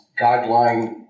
guideline